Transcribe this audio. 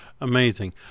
Amazing